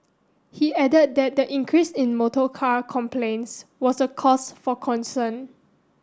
he added that the increase in motorcar complaints was a cause for concern